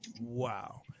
wow